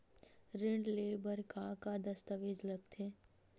ऋण ले बर का का दस्तावेज लगथे?